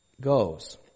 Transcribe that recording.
goes